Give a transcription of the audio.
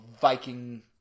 Viking